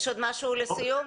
יש עוד משהו לסיום?